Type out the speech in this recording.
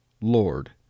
Lord